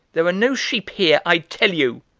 there are no sheep here, i tell you,